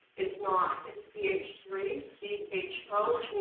it's not, it's c h three c h o,